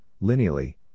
lineally